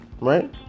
Right